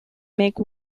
make